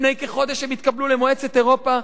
לפני כחודש הם התקבלו למועצת אירופה,